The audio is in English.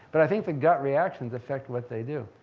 but i think the gut reactions affect what they do.